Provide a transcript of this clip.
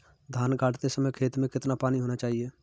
धान गाड़ते समय खेत में कितना पानी होना चाहिए?